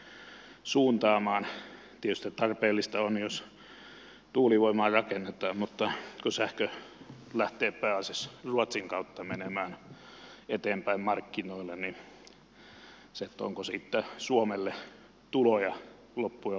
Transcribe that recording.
tietysti se on tarpeellista jos tuulivoimaa rakennetaan mutta kun sähkö lähtee pääasiassa ruotsin kautta menemään eteenpäin markkinoille niin onko siitä suomelle tuloja loppujen lopuksi